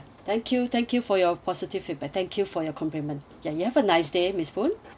thank you thank you for your positive feedback thank you for your compliment ya you have a nice day miss koon